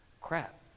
crap